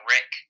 Rick